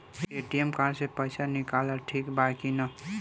ATM card से पईसा निकालल ठीक बा की ना?